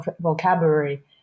vocabulary